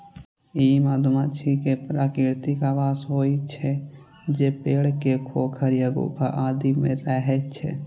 ई मधुमाछी के प्राकृतिक आवास होइ छै, जे पेड़ के खोखल या गुफा आदि मे रहै छै